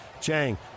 Chang